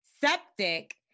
septic